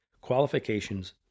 qualifications